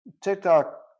TikTok